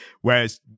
whereas